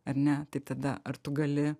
ar ne tai tada ar tu gali